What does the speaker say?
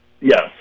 Yes